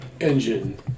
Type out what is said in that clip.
engine